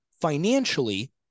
Financially